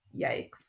yikes